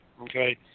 okay